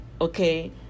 okay